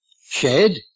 shed